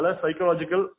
psychological